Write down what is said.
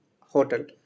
hotel